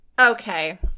Okay